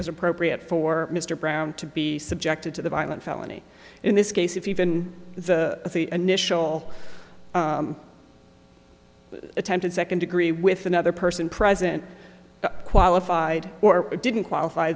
was appropriate for mr brown to be subjected to the violent felony in this case if even the initial attempted second degree with another person present qualified or didn't qualify